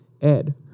Ed